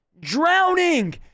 drowning